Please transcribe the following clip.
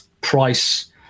price